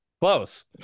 Close